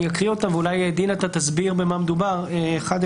אני אקריא אותם ואולי דין יסביר במה מדובר אחד-אחד.